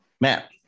Matt